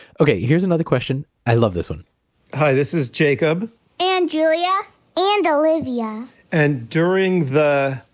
okay. here's another question, i love this one hi this is jacob and julia and olivia and during the.